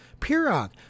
Pirog